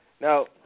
now